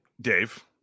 Dave